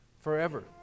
forever